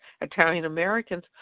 Italian-Americans